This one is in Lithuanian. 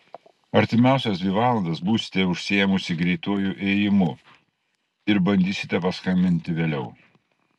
artimiausias dvi valandas būsite užsiėmusi greituoju ėjimu ir bandysite paskambinti vėliau